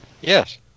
Yes